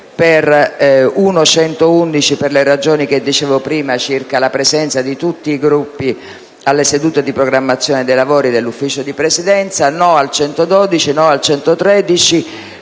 1.111, per le ragioni che dicevo prima circa la presenza di tutti i Gruppi alle sedute di programmazione dei lavori dell'Ufficio di Presidenza. Il parere